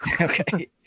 Okay